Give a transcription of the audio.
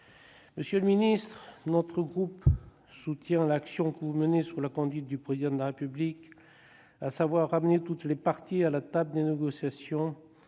Monsieur le ministre, notre groupe soutient l'action que vous menez, sous la conduite du Président de la République, laquelle consiste à ramener toutes les parties à la table des négociations